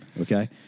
okay